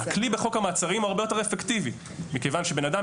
הכלי בחוק המעצרים הרבה יותר אפקטיבי מכיוון שבן אדם,